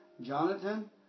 Jonathan